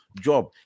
job